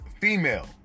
Female